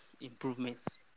improvements